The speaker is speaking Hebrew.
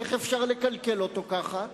איך אפשר לקלקל אותו ככה.